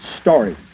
story